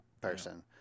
person